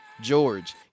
George